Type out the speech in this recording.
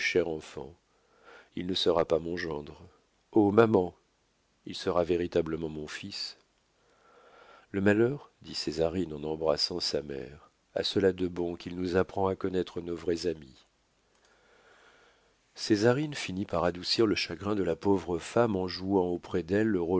enfant il ne sera pas mon gendre oh maman il sera véritablement mon fils le malheur dit césarine en embrassant sa mère a cela de bon qu'il nous apprend à connaître nos vrais amis césarine finit par adoucir le chagrin de la pauvre femme en jouant auprès d'elle